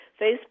Facebook